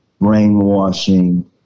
brainwashing